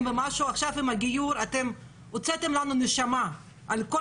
עכשיו עם הגיור אתם הוצאתם לנו את הנשמה על כל